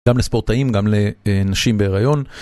גם לספורטאים, גם לנשים בהיריון.